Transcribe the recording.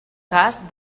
cas